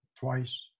twice